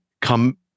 come